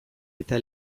eta